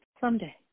someday